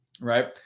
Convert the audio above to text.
Right